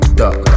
duck